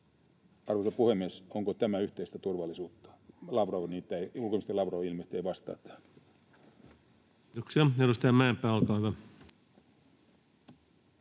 arvoisa puhemies, onko tämä yhteistä turvallisuutta? Ulkoministeri Lavrov ilmeisesti ei vastaa tähän. Kiitoksia. — Edustaja Mäenpää, olkaa hyvä.